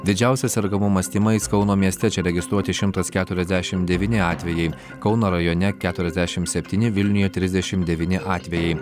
didžiausias sergamumas tymais kauno mieste čia registruoti šimtas keturiasdešim devyni atvejai kauno rajone keturiasdešim septyni vilniuje trisdešim devyni atvejai